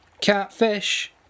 catfish